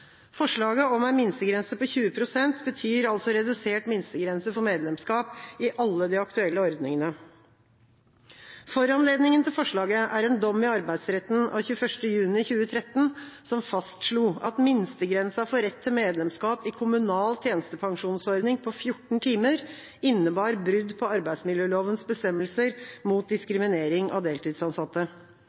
Forslaget om en minstegrense på 20 pst. betyr altså redusert minstegrense for medlemskap i alle de aktuelle ordningene. Foranledninga til forslaget er en dom i Arbeidsretten av 21. juni 2013 som fastslo at minstegrensa på 14 timer for rett til medlemskap i kommunal tjenestepensjonsordning innebar brudd på arbeidsmiljølovens bestemmelser mot diskriminering av deltidsansatte.